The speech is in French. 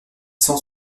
cent